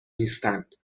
نیستند